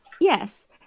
Yes